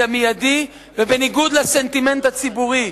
המיידי ובניגוד לסנטימנט הציבורי.